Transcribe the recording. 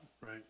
right